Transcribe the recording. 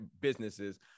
businesses